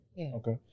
Okay